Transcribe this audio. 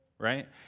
right